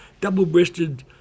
double-breasted